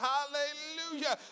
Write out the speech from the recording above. Hallelujah